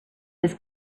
his